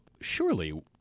surely